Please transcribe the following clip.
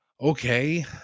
okay